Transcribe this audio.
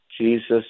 Jesus